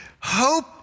Hope